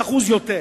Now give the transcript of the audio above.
600% יותר.